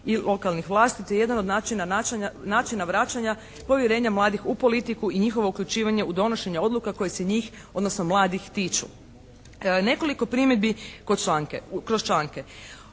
i lokalnih vlasti, te jedan od načina vraćanja povjerenja mladih u politiku i njihovo uključivanje u donošenje odluka koje se njih odnosno mladih tiču. Nekoliko primjedbe kroz članke.